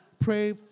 pray